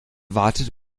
wartet